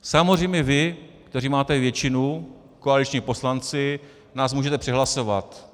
Samozřejmě vy, kteří máte většinu, koaliční poslanci, nás můžete přehlasovat.